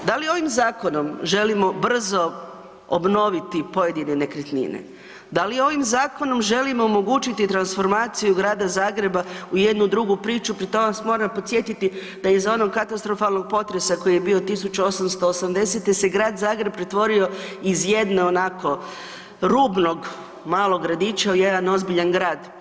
Da li ovim zakonom želimo brzo obnoviti pojedine nekretnine, dal i ovim zakonom želimo omogućiti transformaciju grada Zagreba u jednu drugu, pri tome vas moram podsjetiti da iz onog katastrofalnog potresa koji je bio 1880. se grad Zagreba pretvorio iz jedne onako, rubnog malog gradića u jedan ozbiljan grad.